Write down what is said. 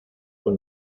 con